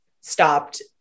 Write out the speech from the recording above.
stopped